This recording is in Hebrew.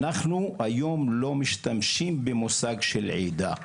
אנחנו היום לא משתמשים במושג של עדה,